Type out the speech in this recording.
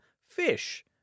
fish